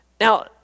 Now